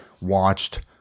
watched